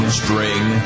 string